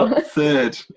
Third